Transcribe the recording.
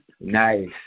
nice